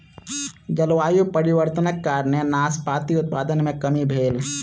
जलवायु परिवर्तनक कारणेँ नाशपाती उत्पादन मे कमी भेल